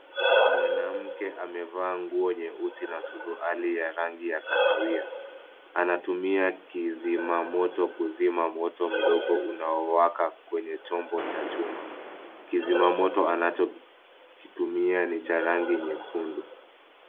Mwanamke amevaa nguo nyeusi na suruali ya rangi ya kahawia. Anatumia kizima moto kuzima moto mdogo unaowaka kwenye chombo cha chuma. Kizima moto anachokitumia ni cha rangi nyekundu.